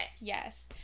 Yes